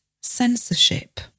censorship